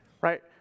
right